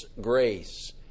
grace